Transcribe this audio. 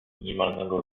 minimalnego